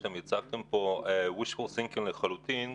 הצגתם פה wishful thinking לחלוטין,